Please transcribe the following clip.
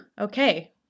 okay